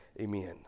Amen